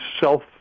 self